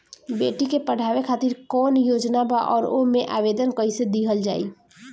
बेटी के पढ़ावें खातिर कौन योजना बा और ओ मे आवेदन कैसे दिहल जायी?